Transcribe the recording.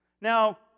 Now